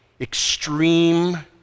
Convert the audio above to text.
extreme